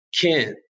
Ken